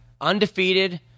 undefeated